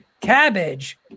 Cabbage